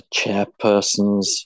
chairpersons